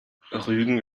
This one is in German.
rügen